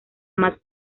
más